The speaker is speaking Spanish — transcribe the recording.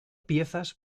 piezas